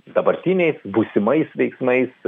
dabartiniais būsimais veiksmais